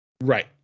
Right